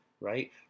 right